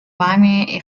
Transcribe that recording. вами